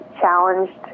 challenged